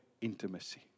intimacy